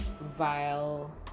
vile